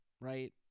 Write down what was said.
right